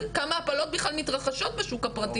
ועדיין כשמסתכלים על שיעור ל-1,000 הוא פי שלושה אצל